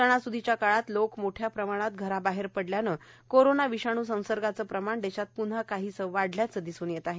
सणास्दीच्या काळात लोकं मोठ्या प्रमाणावर घराबाहेर पडल्यानं कोरोना विषाणू संसर्गाचं प्रमाण देशात प्न्हा काहीसं वाढल्याचं दिसून आलं आहे